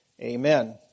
Amen